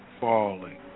falling